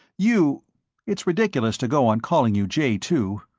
you it's ridiculous to go on calling you jay two.